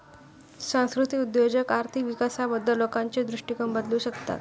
सांस्कृतिक उद्योजक आर्थिक विकासाबद्दल लोकांचे दृष्टिकोन बदलू शकतात